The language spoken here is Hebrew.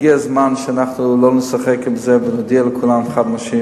הגיע הזמן שאנחנו לא נשחק עם זה ונודיע לכולם חד-משמעית,